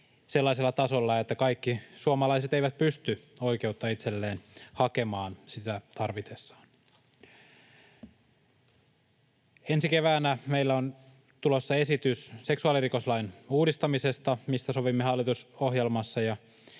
sellaisella tasolla, että kaikki suomalaiset eivät pysty oikeutta itselleen hakemaan sitä tarvitessaan. Ensi keväänä meillä on tulossa esitys seksuaalirikoslain uudistamisesta, mistä sovimme hallitusohjelmassa,